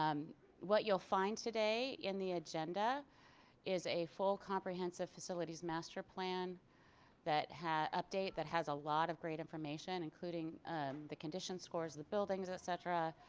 um what you'll find today in the agenda is a full comprehensive facilities master plan that has update that has a lot of great information including the condition scores the buildings etc.